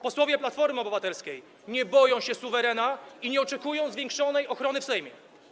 Posłowie Platformy Obywatelskiej nie boją się suwerena ani nie oczekują zwiększonej ochrony w Sejmie.